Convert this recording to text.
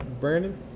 Brandon